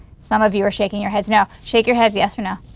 some of you are shaking your heads no. shake your heads yes or no.